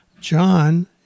John